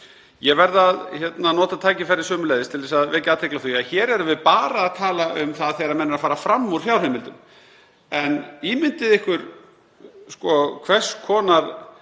Ég verð að nota tækifærið sömuleiðis til að vekja athygli á því að hér erum við bara að tala um það þegar menn fara fram úr fjárheimildum. Ímyndið ykkur hvers konar